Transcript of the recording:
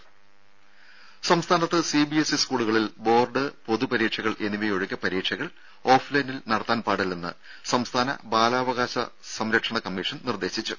രുര സംസ്ഥാനത്ത് സിബിഎസ്ഇ സ്കൂളുകളിൽ ബോർഡ് പൊതു പരീക്ഷകൾ എന്നിവയൊഴികെ പരീക്ഷകൾ ഓഫ് ലൈനിൽ നടത്താൻ പാടില്ലെന്ന് സംസ്ഥാന ബാലാവകാശ കമ്മീഷൻ നിർദേശിച്ചു